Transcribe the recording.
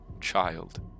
child